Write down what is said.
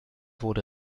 wurde